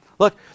Look